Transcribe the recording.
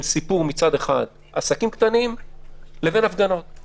הסיפור היה עסקים קטנים מצד אחד, והפגנות מצד שני.